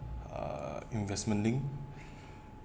uh investment link